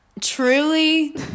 Truly